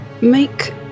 make